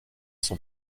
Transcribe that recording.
sont